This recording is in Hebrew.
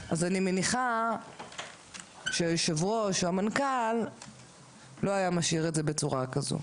אז אני מניחה שהיו"ר או המנכ"ל לא היה משאיר את זה בצורה כזו.